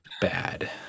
bad